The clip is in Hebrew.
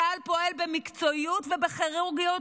צה"ל פועל במקצועיות ובכירורגיות,